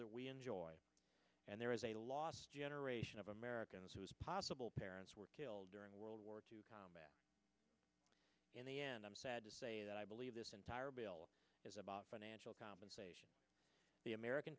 that we enjoy and there is a lost generation of americans who as possible parents were killed during world war two combat in the end i'm sad to say that i believe this entire bill is about financial compensation the american